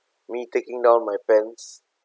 me taking down my pants